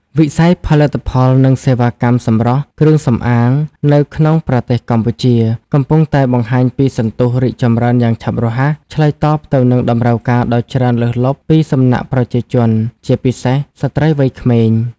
វិស័យផលិតផល និងសេវាកម្មសម្រស់ គ្រឿងសម្អាង នៅក្នុងប្រទេសកម្ពុជា កំពុងតែបង្ហាញពីសន្ទុះរីកចម្រើនយ៉ាងឆាប់រហ័ស ឆ្លើយតបទៅនឹងតម្រូវការដ៏ច្រើនលើសលប់ពីសំណាក់ប្រជាជន ជាពិសេសស្រ្តីវ័យក្មេង។